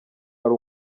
hari